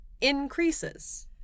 increases